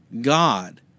God